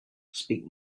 speak